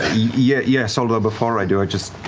yeah yes, although before i do, i just